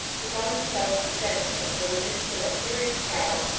he found himself defenceless, in the midst of a furious crowd,